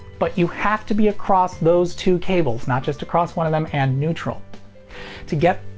but you have to be across those two cables, not just across one of them and neutral to get,